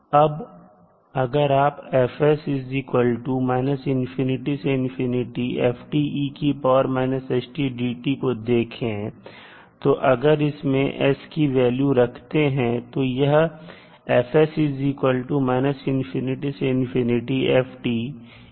अब अगर आप को देखें तो अगर इसमें s की वैल्यू रखते हैं तो यह होगा